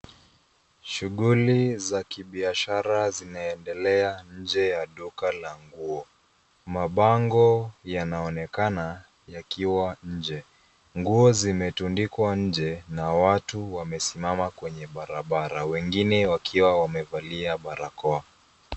Shughuli za kibiashara zinaendelea nje ya duka la nguo ,mabango yanaonekana yakiwa nje nguo imetundikwa nje na watu wamesimama kwenye barabara wengine wakiwa wamevalia barakoa.